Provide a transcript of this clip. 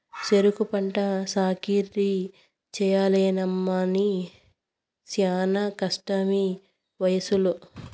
సెరుకు పంట సాకిరీ చెయ్యలేనమ్మన్నీ శానా కష్టమీవయసులో